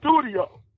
studio